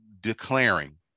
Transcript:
declaring